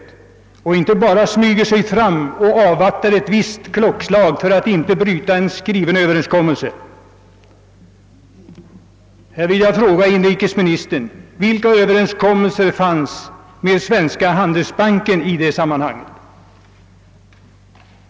Det duger inte att bara smyga sig fram och avvakta ett visst klockslag för att inte bryta en skriven överenskommelse, Här vill jag fråga inrikesministern: Vilken Överenskommelse fanns med Svenska handelsbanken i det sammanhanget?